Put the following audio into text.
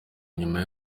nyuma